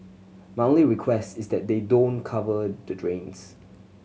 my only request is that they don't cover the drains